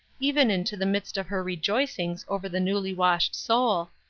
even into the midst of her rejoicings over the newly-washed soul,